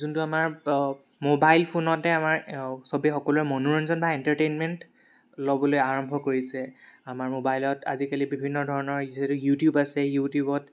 যোনটো আমাৰ মোবাইল ফোনতে আমাৰ চবে সকলোৱে মনোৰঞ্জন বা এণ্টাৰটেইনমেণ্ট ল'বলৈ আৰম্ভ কৰিছে আমাৰ মোবাইল আজিকালি বিভিন্ন ধৰণৰ যিহেতু ইউটিউব আছে ইউটিউবত